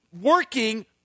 working